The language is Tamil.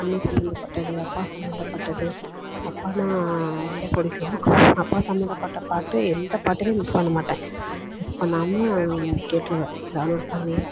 அண்ணே சம்பந்தப்பட்டது அப்பா சம்பந்தப்பட்டது அப்பான்னா ரொம்ப பிடிக்கும் அப்பா சம்பந்தப்பட்ட பாட்டு எந்த பாட்டுமே மிஸ் பண்ண மாட்டேன் மிஸ் பண்ணாமல் கேட்டுருவேன் டவுன்லோட் பண்ணி